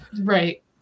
Right